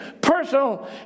personal